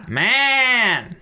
man